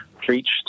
preached